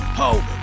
hold